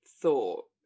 thought